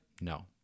No